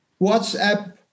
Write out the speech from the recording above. WhatsApp